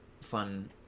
fun